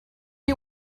you